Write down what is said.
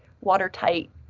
watertight